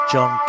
John